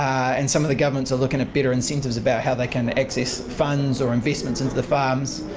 and some of the governments are looking at better incentives about how they can access funds or investments into the farms.